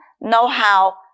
know-how